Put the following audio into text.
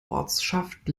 ortschaft